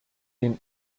den